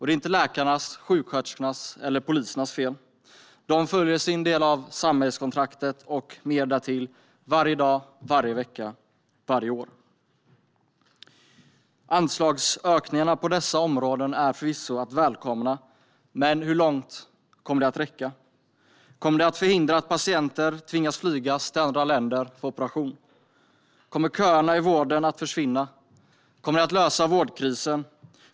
Det är inte läkarnas, sjuksköterskornas eller polisernas fel - de följer sin del av samhällskontraktet och mer därtill, varje dag, varje vecka och varje år. Anslagsökningarna på dessa områden är förvisso att välkomna, men hur långt kommer de att räcka? Kommer de att förhindra att patienter tvingas flyga till andra länder för operation? Kommer köerna i vården att försvinna? Kommer anslagsökningarna att lösa vårdkrisen?